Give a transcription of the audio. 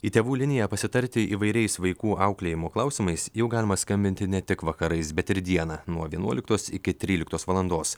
į tėvų liniją pasitarti įvairiais vaikų auklėjimo klausimais jau galima skambinti ne tik vakarais bet ir dieną nuo vienuoliktos iki tryliktos valandos